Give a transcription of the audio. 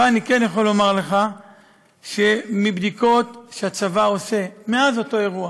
אבל אני כן יכול לומר לך שמבדיקות שהצבא עושה מאז אותו אירוע